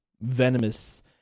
venomous